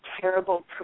terrible